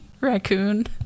raccoon